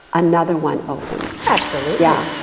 another one opens. absolutely. yeah.